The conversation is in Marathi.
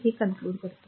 तर फक्त धरा